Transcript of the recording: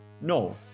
No